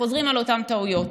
חוזרים על אותן טעויות: